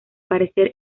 parecer